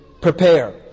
prepare